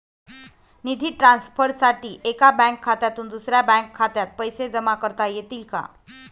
निधी ट्रान्सफरसाठी एका बँक खात्यातून दुसऱ्या बँक खात्यात पैसे जमा करता येतील का?